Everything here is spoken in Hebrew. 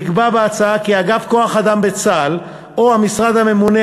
נקבע בהצעה כי אגף כוח-אדם בצה"ל או המשרד הממונה